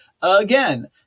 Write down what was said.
Again